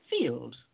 field